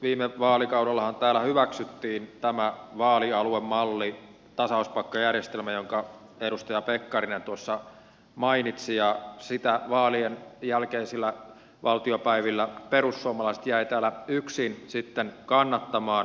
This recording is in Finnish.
viime vaalikaudellahan täällä hyväksyttiin tämä vaalialuemalli tasauspaikkajärjestelmä jonka edustaja pekkarinen mainitsi ja sitä vaalien jälkeisillä valtiopäivillä perussuomalaiset jäivät täällä yksin sitten kannattamaan